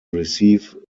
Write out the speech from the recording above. receive